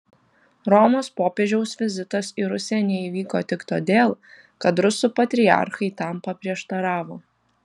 romos popiežiaus vizitas į rusiją neįvyko tik todėl kad rusų patriarchai tam paprieštaravo